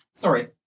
sorry